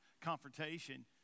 confrontation